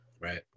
Right